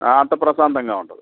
అంత ప్రశాంతంగా ఉంటుంది